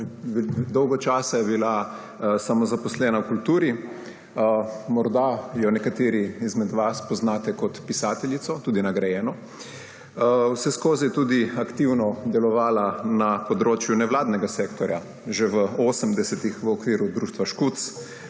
Dolgo časa je bila samozaposlena v kulturi. Morda jo nekateri izmed vas poznate kot pisateljico, tudi nagrajeno. Vseskozi je tudi aktivno delovala na področju nevladnega sektorja, že v 80. v okviru društva Škuc,